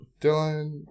Dylan